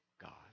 God